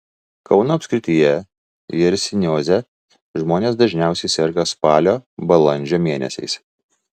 kauno apskrityje jersinioze žmonės dažniausiai serga spalio balandžio mėnesiais